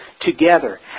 together